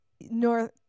north